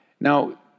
Now